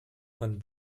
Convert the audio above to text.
von